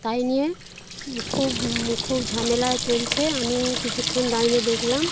তাই নিয়ে খুব খুব ঝামেলা চলছে আমি কিছুক্ষণ দাঁড়িয়ে দেখলাম